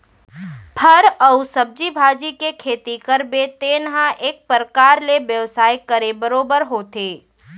फर अउ सब्जी भाजी के खेती करबे तेन ह एक परकार ले बेवसाय करे बरोबर होथे